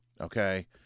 Okay